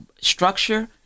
structure